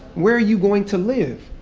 where are you going to live?